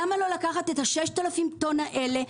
למה לא לקחת את 6,000 טון האלה,